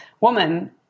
woman